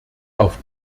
auf